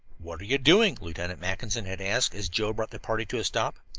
what are you doing? lieutenant mackinson had asked, as joe brought the party to a stop.